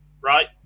right